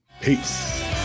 peace